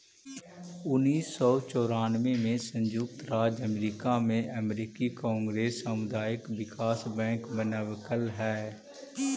उन्नीस सौ चौरानबे में संयुक्त राज्य अमेरिका में अमेरिकी कांग्रेस सामुदायिक विकास बैंक बनवलकइ हई